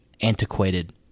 antiquated